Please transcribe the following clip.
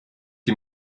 die